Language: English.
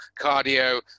cardio